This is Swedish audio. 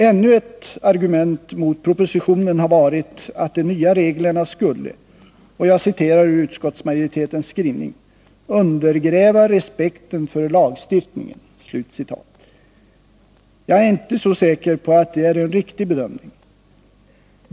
Ännuett argument mot propositionen har varit att de nya reglerna skulle — jag citerar ur utskottsmajoritetens skrivning — ”undergräva respekten för lagstiftningen”. Jag är inte så säker på att det är en riktig bedömning.